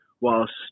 whilst